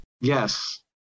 Yes